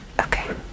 Okay